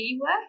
work